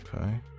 Okay